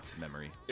memory